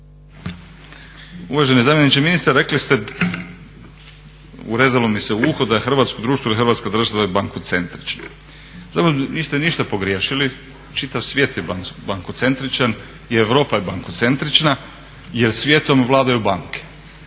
Uvaženi zamjeniče ministra, rekli ste, urezalo mi se u uho da je hrvatsko društvo ili hrvatska država bankocentrična. Zapravo niste ništa pogriješili, čitav svijet je bankocentričan i Europa je bankocentrična jer svijetom vladaju banke.